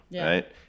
right